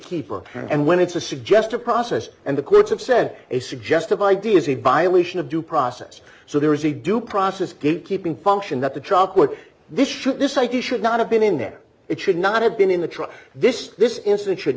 gatekeeper and when it's a suggested process and the courts have said a suggestive idea is a violation of due process so there is a due process gatekeeping function that the truck with this should this idea should not have been in there it should not have been in the truck this this incident should